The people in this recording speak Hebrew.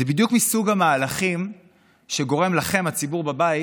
זה בדיוק מסוג המהלכים שגורמים לכם, הציבור בבית,